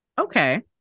okay